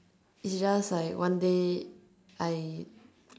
is just like one day I